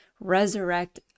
resurrect